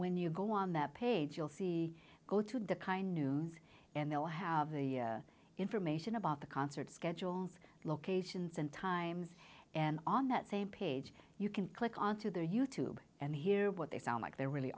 when you go on that page you'll see go to the kind news and they'll have the information about the concert schedules locations and times and on that same page you can click onto their you tube and here what they sound like they're really